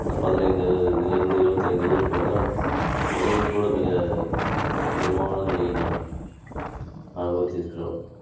சுமார் பதினைந்து வயதிலிருந்து இருபத்தைந்து வயது இருப்பதனால் உணவுக்கு கூட மிக கடினமான நிலையை நாம் அனுபவித்திருக்கிறோம்